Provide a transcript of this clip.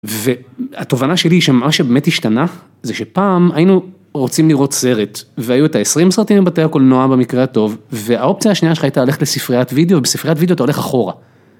והתובנה שלי שמה שבאמת השתנה זה שפעם היינו רוצים לראות סרט והיו את ה-20 סרטים מבתי הקולנוע במקרה הטוב והאופציה השנייה שלך הייתה ללכת לספריית וידאו ובספריית וידאו אתה הולך אחורה.